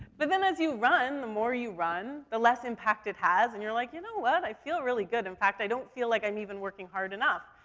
but then as you run, the more you run, the less impact it has, and you're like, you know what? i feel really good. in fact, i don't feel like i'm even working hard enough.